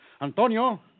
Antonio